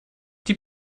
die